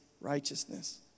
righteousness